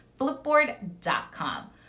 Flipboard.com